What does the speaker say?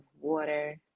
water